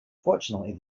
fortunately